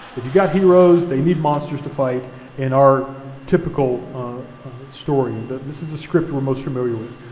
if you got heroes, they need monsters to fight in our typical story, and but this is the script we're most familiar with.